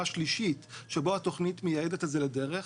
שלישית שבה התוכנית מייעדת את זה לדרך.